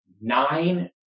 nine